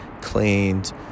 cleaned